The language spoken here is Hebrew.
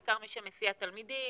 בעיקר מי שמסיע תלמידים